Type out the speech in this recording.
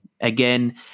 Again